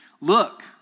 Look